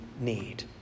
need